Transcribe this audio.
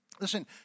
Listen